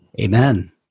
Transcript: Amen